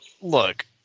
look